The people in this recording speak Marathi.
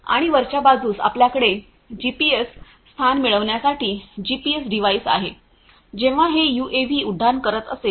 आणि वरच्या बाजूस आपल्याकडे जीपीएस स्थान मिळविण्यासाठी जीपीएस डिव्हाइस आहे जेव्हा हे यूएव्ही उड्डाण करत असेल